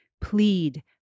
Plead